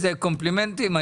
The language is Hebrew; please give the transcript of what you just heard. איזה קומפלימנטים.